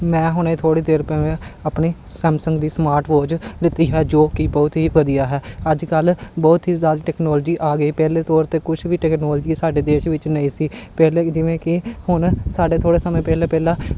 ਮੈਂ ਹੁਣੇ ਥੋੜ੍ਹੀ ਦੇਰ ਪਹਿਲਾਂ ਆਪਣੀ ਸੈਮਸੰਗ ਦੀ ਸਮਾਰਟ ਵੋਚ ਲਿੱਤੀ ਹੈ ਜੋ ਕਿ ਬਹੁਤ ਹੀ ਵਧੀਆ ਹੈ ਅੱਜ ਕੱਲ੍ਹ ਬਹੁਤ ਹੀ ਜ਼ਿਆਦਾ ਟੈਕਨੋਲੋਜੀ ਆ ਗਈ ਪਹਿਲੇ ਤੌਰ 'ਤੇ ਕੁਛ ਵੀ ਟੈਕਨੋਲੋਜੀ ਸਾਡੇ ਦੇਸ਼ ਵਿੱਚ ਨਹੀਂ ਸੀ ਪਹਿਲੇ ਜਿਵੇਂ ਕਿ ਹੁਣ ਸਾਡੇ ਥੋੜ੍ਹੇ ਸਮੇਂ ਪਹਿਲੇ ਪਹਿਲਾਂ